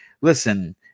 listen